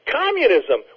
communism